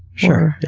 sure,